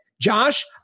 Josh